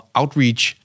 outreach